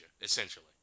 essentially